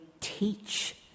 teach